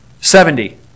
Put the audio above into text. Seventy